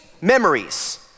memories